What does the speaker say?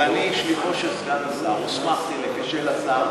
אני שליחו של השר, הוסמכתי לכך.